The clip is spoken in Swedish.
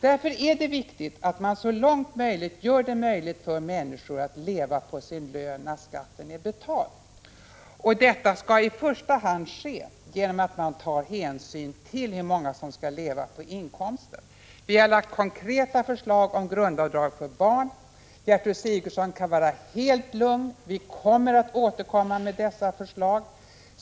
Därför är det viktigt att man så långt det går gör det möjligt för människor att leva på sin lön när skatten är betald. Detta skall i första hand ske genom att man tar hänsyn till hur många som skall leva på inkomsten. Vi har väckt konkreta förslag om grundavdrag för barn. Gertrud Sigurdsen kan vara helt lugn: Vi kommer att återkomma med dessa förslag.